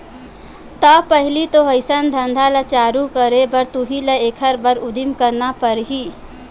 त पहिली तो अइसन धंधा ल चालू करे बर तुही ल एखर बर उदिम करना परही